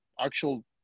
actual